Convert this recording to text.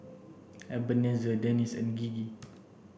Ebenezer Dennis and Gigi